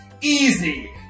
EASY